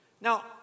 Now